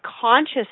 conscious